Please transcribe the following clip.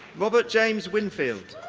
robert james winfield.